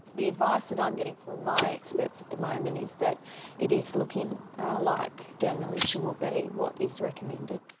the advice that i'm getting from my experts at the moment is that it is looking like demolition will be what is recommended.